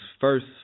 first